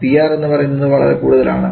PR എന്ന് പറയുന്നത് വളരെ കൂടുതലുമാണ്